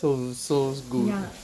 so so good